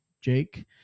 Jake